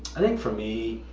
i think for me,